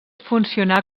funcionar